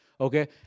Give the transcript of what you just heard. Okay